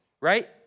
right